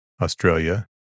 Australia